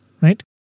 right